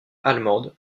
allemande